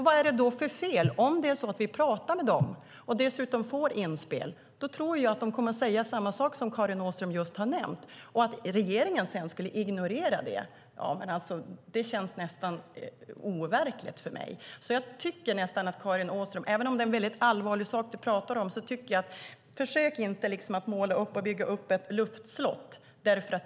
Vad är det då för fel? Om vi talar med dem och dessutom får inspel tror jag att de kommer att säga samma sak som Karin Åström just har nämnt. Att regeringen sedan skulle ignorera det känns nästan overkligt för mig. Även om det är en allvarlig sak som du talar om, Karin Åström, tycker jag inte att du ska försöka måla och bygga upp ett luftslott.